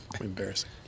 embarrassing